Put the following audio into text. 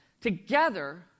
together